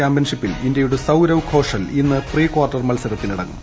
ചാമ്പ്യൻഷിപ്പിൽ ഇന്ത്യയുടെ സൌരവ് ഘോഷൽ ഇന്ന് പ്രീക്വാർട്ടർ മത്സരത്തിനിറങ്ങും